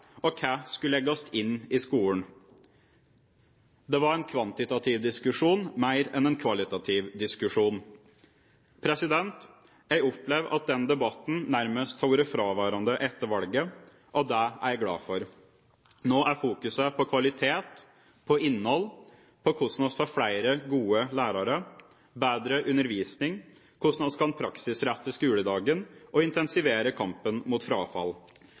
og hva skulle legges inn i skolen? Det var en kvantitativ diskusjon mer enn en kvalitativ diskusjon. Jeg opplever at den debatten nærmest har vært fraværende etter valget, og det er jeg glad for. Nå er fokuset på kvalitet, på innhold, på hvordan vi får flere, gode lærere, bedre undervisning, hvordan vi kan praksisrette skoledagen og intensivere kampen mot frafall.